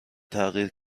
تغییر